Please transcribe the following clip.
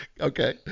okay